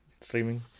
streaming